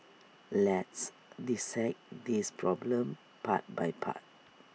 let's dissect this problem part by part